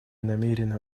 намерены